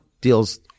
deal's